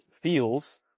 feels